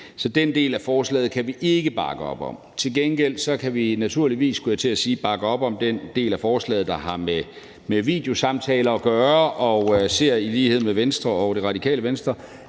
Så den del af forslaget kan vi ikke bakke op om. Til gengæld kan vi – naturligvis, skulle jeg til at sige – bakke op om den del af forslaget, der har med videosamtaler at gøre, og vi ser gerne i lighed med Venstre og Radikale Venstre,